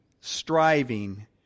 striving